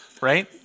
Right